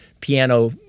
piano